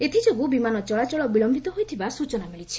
ଏଥିଯୋଗୁଁ ବିମାନ ଚଳାଚଳ ବିଳୟିତ ହୋଇଥିବା ସୂଚନା ମିଳିଛି